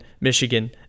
Michigan